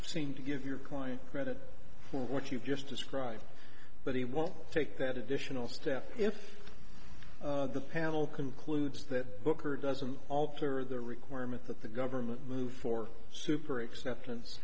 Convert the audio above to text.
seem to give your client credit for what you've just described but he won't take that additional step if the panel concludes that booker doesn't alter the requirement that the government move for super acceptance